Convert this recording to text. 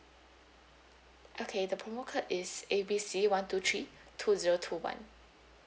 okay the promo code is A B C one two three two zero two one